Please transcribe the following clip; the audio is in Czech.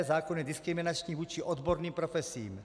Zákon je diskriminační vůči odborným profesím.